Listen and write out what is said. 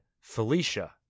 Felicia